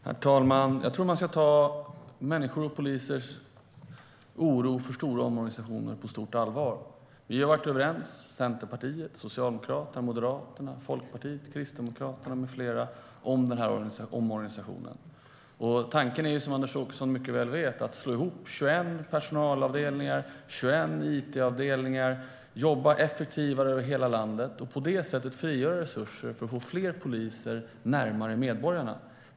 Herr talman! Jag tror att man ska ta människors och polisers oro för stora omorganisationer på stort allvar. Centerpartiet, Socialdemokraterna, Moderaterna, Folkpartiet, Kristdemokraterna med flera har varit överens om omorganisationen. Som Anders Åkesson mycket väl vet är tanken att slå ihop 21 personalavdelningar och 21 it-avdelningar och att jobba effektivare över hela landet och på det sättet frigöra resurser för att få fler poliser närmare medborgarna.